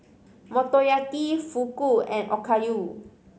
Motoyaki Fugu and Okayu